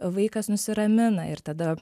vaikas nusiramina ir tada